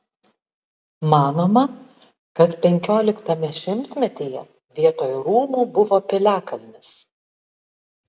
manoma kad penkioliktame šimtmetyje vietoj rūmų buvo piliakalnis